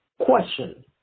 question